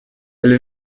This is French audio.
elle